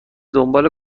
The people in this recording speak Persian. دنبال